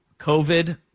COVID